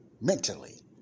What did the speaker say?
Mentally